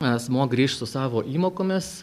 asmuo grįš su savo įmokomis